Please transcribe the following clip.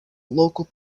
local